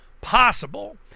possible